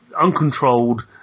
uncontrolled